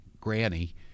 granny